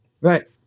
Right